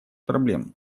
проблем